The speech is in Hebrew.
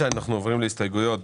מדובר על אנשים שהולכים להשתקע באזור.